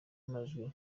amajwi